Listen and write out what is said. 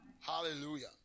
Hallelujah